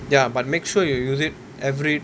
ya but make sure you use it every